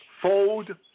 fold